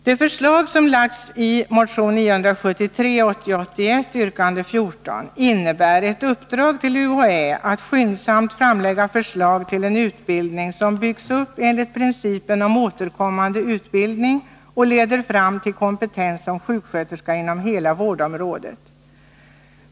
Det förslag som framlagts i motion 1980/81:973, yrkande 14, innebär ett uppdrag för UHÄ att skyndsamt framlägga förslag till en utbildning som byggs upp enligt principen om återkommande utbildning och leder fram till kompetens som sjuksköterska inom hela vårdområdet.